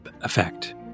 effect